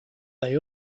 they